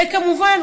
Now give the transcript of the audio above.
וכמובן,